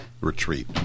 retreat